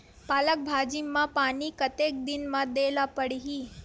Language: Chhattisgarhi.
पालक भाजी म पानी कतेक दिन म देला पढ़ही?